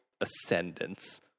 ascendance